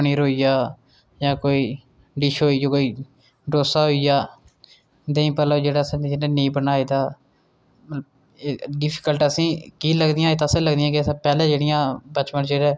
literary characters दे बड़े सारे मिगी पता न जेह्ड़े की साहित्य च जिन्दा जोगदान रेहा ऐ जियां मुंशी प्रेमचंद होइया रामधारी सिंह 'दिनकर' होइये कीर्ति चौधरी होई